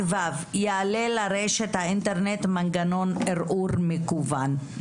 16ו. יעלה לרשת האינטרנט מנגנון ערעור מקוון.